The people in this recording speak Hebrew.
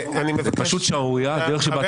זאת פשוט שערורייה הדרך בה אתה מנהל את הוועדה הזאת.